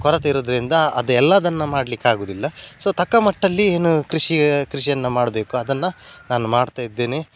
ಕೊರತೆ ಇರೋದರಿಂದ ಅದು ಎಲ್ಲದನ್ನೂ ಮಾಡ್ಲಿಕ್ಕೆ ಆಗೋದಿಲ್ಲ ಸೊ ತಕ್ಕ ಮಟ್ಟದಲ್ಲಿ ಏನು ಕೃಷಿ ಕೃಷಿಯನ್ನು ಮಾಡಬೇಕು ಅದನ್ನು ನಾನು ಮಾಡ್ತಾಯಿದ್ದೇನೆ